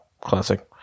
classic